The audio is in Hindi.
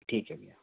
ठीक है भैया